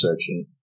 section